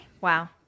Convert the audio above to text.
Wow